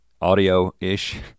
audio-ish